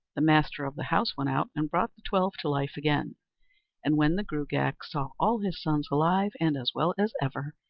the master of the house went out and brought the twelve to life again and when the gruagach saw all his sons alive and as well as ever,